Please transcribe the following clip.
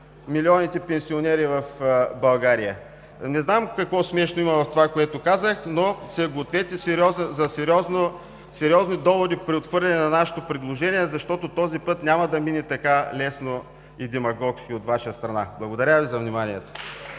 оживление в ГЕРБ и ОП.) Не знам какво смешно има в това, което казах, но се гответе за сериозни доводи при отхвърляне на нашето предложение, защото този път няма да мине така лесно и демагогски от Ваша страна. Благодаря Ви за вниманието.